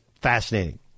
Fascinating